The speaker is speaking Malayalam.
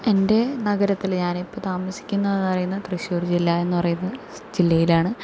എൻ്റെ നഗരത്തിൽ ഞാനിപ്പോൾ താമസിക്കുന്നതെന്നു പറയുന്നത് തൃശ്ശൂർ ജില്ലാ എന്നു പറയുന്ന ജില്ലയിലാണ്